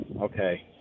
Okay